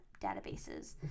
databases